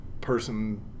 person